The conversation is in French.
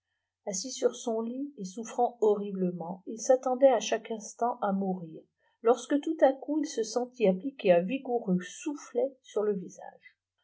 assis sur son lit et souffrant horriblement il s'attendait à chaque instant à mourir lorsque tout à coup il se sentit appliquer un vigoureux soufflet sur le visage